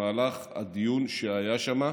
במהלך הדיון שהיה שם,